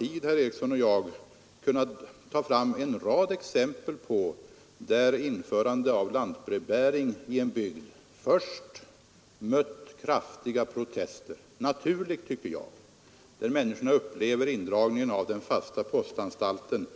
Om vi hade tid skulle jag kunna ta fram en rad exempel som visar att införandet av lantbrevbäring i en bygd först har mött kraftiga protester — naturliga, tycker jag, eftersom människorna upplever indragningen av den fasta postanstalten